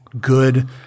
good